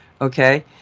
okay